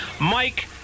Mike